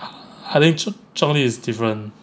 I think zhong zhong li is different